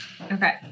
Okay